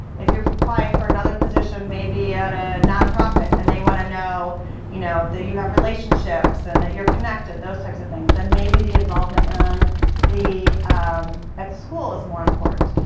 if you're applying for another position maybe at a nonprofit and they want to know you know that you have relationships and that you're connected, those types of things, then maybe the involvement on the um at the school is more important.